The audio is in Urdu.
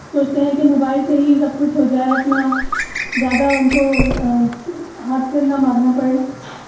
سوچتے ہیں کہ موبائل سے ہی سب کچھ ہو جائے اپنا زیادہ ان کو ہاتھ پیر نہ مارنا پڑے